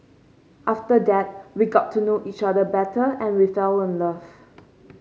after that we got to know each other better and we fell in love